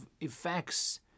effects